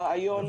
רעיון,